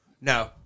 no